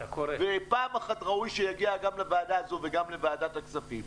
ופעם אחת ראוי שיגיע גם לוועדה הזו וגם לוועדת הכספים.